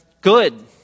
good